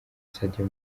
sadio